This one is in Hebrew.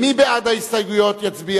הסתייגות 6, אתה מסיר?